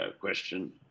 question